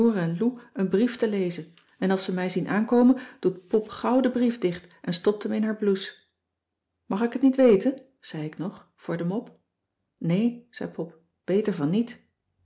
een brief te lezen en als ze mij zien aankomen doet pop gauw den brief dicht en stopt hem in haar blouse mag ik het niet weten zei ik nog voor de mop nee zei pop beter van niet